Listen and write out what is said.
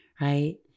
right